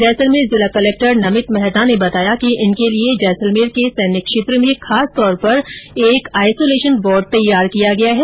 जैसलमेर जिला कलक्टर नमित मेहता ने बताया कि इनके लिए जैसलमेर के सैन्य क्षेत्र में खास तौर पर एक आईसोलेशन वार्ड तैयार किया गया है